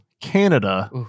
Canada